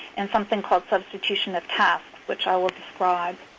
and something called substitution of tasks, which i will describe.